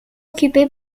occupé